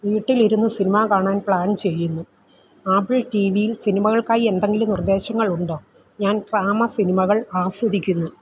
വീട്ടിലിരുന്ന് സിനിമാ കാണാൻ പ്ലാൻ ചെയ്യുന്നു ആപ്പിൾ ടി വി യിൽ സിനിമകൾക്കായി എന്തെങ്കിലും നിർദ്ദേശങ്ങളുണ്ടോ ഞാൻ ഡ്രാമ സിനിമകൾ ആസ്വദിക്കുന്നു